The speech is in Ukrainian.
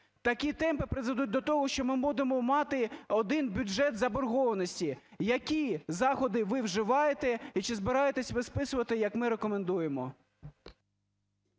Такі темпи призведуть до того, що ми будемо мати один бюджет заборгованості. Які заходи ви вживаєте? І чи збираєтесь ви списувати, як ми рекомендуємо?